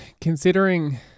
considering